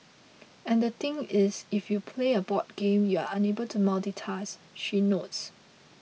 and the thing is if you play a board game you are unable to multitask she notes